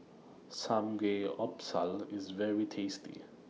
Samgeyopsal IS very tasty